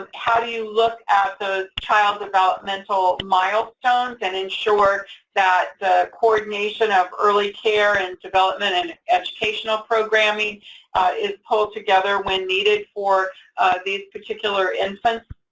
how do you look at those child developmental milestones and ensure that the coordination of early care and development and educational programming is pulled together when needed for these particular infants?